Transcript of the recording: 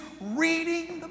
reading